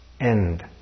end